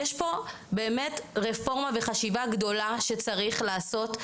יש פה רפורמה וחשיבה גדולה שצריך לעשות,